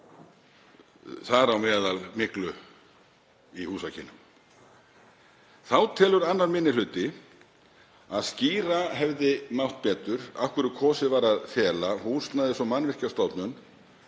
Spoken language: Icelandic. þar á meðal myglu í húsakynnum. Þá telur 2. minni hluti að skýra hefði mátt betur af hverju kosið var að fela Húsnæðis- og mannvirkjastofnun